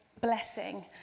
blessing